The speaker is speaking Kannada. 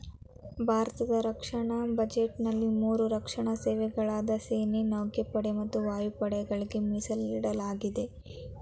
ಭಾರತದ ರಕ್ಷಣಾ ಬಜೆಟ್ನಲ್ಲಿ ಮೂರು ರಕ್ಷಣಾ ಸೇವೆಗಳಾದ ಸೇನೆ ನೌಕಾಪಡೆ ಮತ್ತು ವಾಯುಪಡೆಗಳ್ಗೆ ಮೀಸಲಿಡಲಾಗಿದೆ